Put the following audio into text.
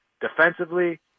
defensively